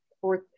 fourth